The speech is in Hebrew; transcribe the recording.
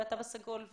התו הסגול,